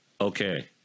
Okay